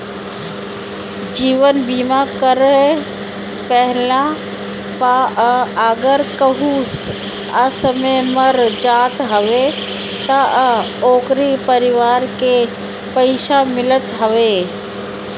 जीवन बीमा करा लेहला पअ अगर केहू असमय मर जात हवे तअ ओकरी परिवार के पइसा मिलत हवे